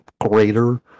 greater